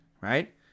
Right